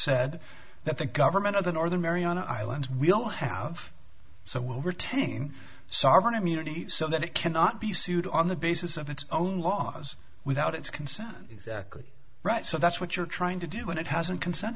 said that the government of the northern mariana islands we all have so we'll retain sovereign immunity so that it cannot be sued on the basis of its own laws without its consent right so that's what you're trying to do and it hasn't consent